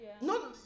No